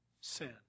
sin